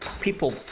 people